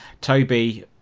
Toby